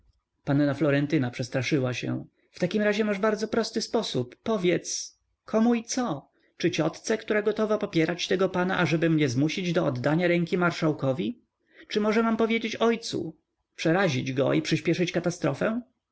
nikczemność panna florentyna przestraszyła się w takim razie masz bardzo prosty sposób powiedz komu i co czy ciotce która gotowa popierać tego pana ażeby mnie zmusić do oddania ręki marszałkowi czy może mam powiedzieć ojcu przerazić go i przyśpieszyć katastrofę